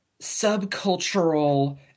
subcultural